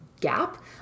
gap